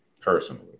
personally